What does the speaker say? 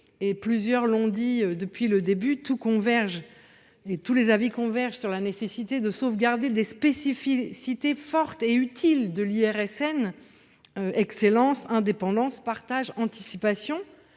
Plusieurs l’ont dit : depuis le début, tous les avis convergent vers la nécessité de sauvegarder des spécificités fortes et utiles de l’IRSN – excellence et indépendance, partage et anticipation.